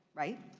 right?